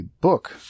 book